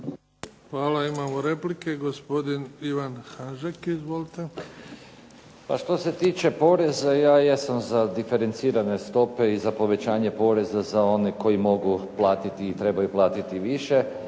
Hvala. Imamo replike, gospodin Ivan Hanžek. Izvolite. **Hanžek, Ivan (SDP)** Pa što se tiče poreza ja sam za diferencirane stope i za povećanje poreza za one koji moraju i trebaju platiti više.